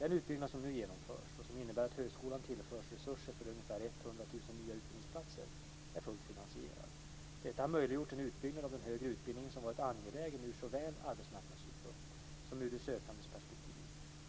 Den utbyggnad som nu genomförs, och som innebär att högskolan tillförs resurser för ungefär 100 000 nya utbildningsplatser, är fullt finansierad. Detta har möjliggjort en utbyggnad av den högre utbildningen som varit angelägen såväl ur arbetsmarknadssynpunkt som ur de sökandes perspektiv,